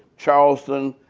charleston,